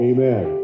Amen